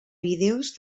vídeos